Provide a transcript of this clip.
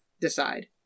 decide